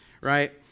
right